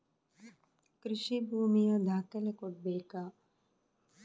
ಕೃಷಿ ಭೂಮಿಯ ದಾಖಲೆ ಕೊಡ್ಬೇಕಾ?